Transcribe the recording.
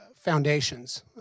foundations